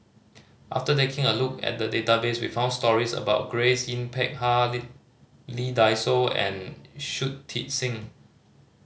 after taking a look at the database we found stories about Grace Yin Peck Ha Lee Dai Soh and Shui Tit Sing